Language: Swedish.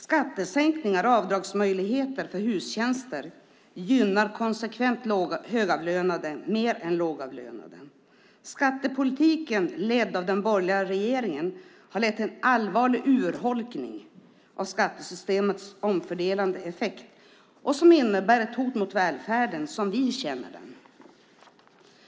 Skattesänkningar och avdragsmöjligheten för hushållsnära tjänster gynnar konsekvent högavlönade mer än lågavlönade. Den borgerliga regeringens skattepolitik har lett till en allvarlig urholkning av skattesystemets omfördelande effekt och innebär ett hot mot välfärden som vi känner den. Jag tycker att allianspartierna ska svara på vad de tycker om detta.